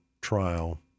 trial